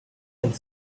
and